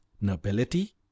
Nobility